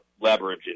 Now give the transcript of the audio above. leverage